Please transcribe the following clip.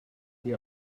ihr